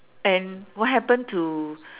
and what happened to